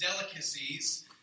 delicacies